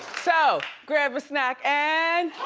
so, grab a snack and.